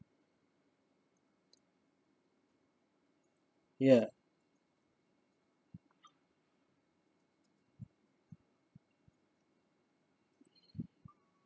ya